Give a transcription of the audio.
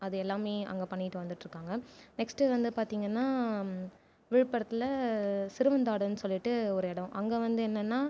அது எல்லாமே அங்கே பண்ணிட்டு வந்துட்டுருக்காங்க நெக்ஸ்ட் வந்து பார்த்தீங்கன்னா விழுபரத்தில் சிறுவந்தாடன்னு சொல்லிவிட்டு ஒரு இடம் அங்கே வந்து என்னென்னா